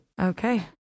Okay